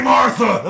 Martha